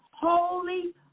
holy